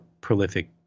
prolific